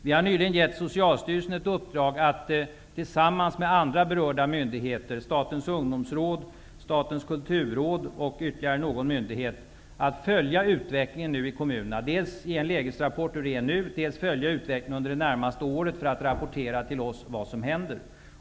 Vi har nyligen gett Socialstyrelsen i uppdrag att tillsammans med andra berörda myndigheter, Statens ungdomsråd, Statens kulturråd och ytterligare någon myndighet, följa utvecklingen i kommunerna. De skall dels ge en lägesrapport om hur det är nu, dels följa utvecklingen under det närmaste året för att rapportera till oss vad som händer.